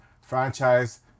franchise